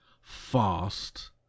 fast